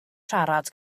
siarad